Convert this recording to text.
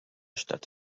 stadt